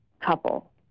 couple